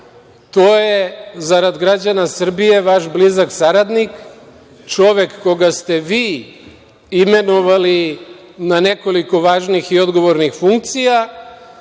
To je, zarad građana Srbije, vaš blizak saradnik, čovek koga ste vi imenovali na nekoliko važnih i odgovornih funkcija,